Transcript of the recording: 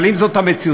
אבל אם זאת המציאות,